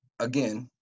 again